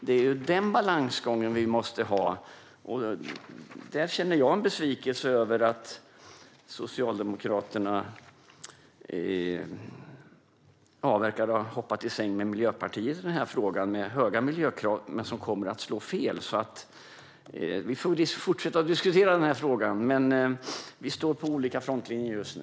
Det är den balansgången vi måste ha, och där känner jag en besvikelse över att Socialdemokraterna verkar ha hoppat i säng med Miljöpartiet i denna fråga. De höga miljökraven kommer att slå fel. Vi får fortsätta att diskutera denna fråga, men vi står vid olika frontlinjer just nu.